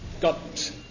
got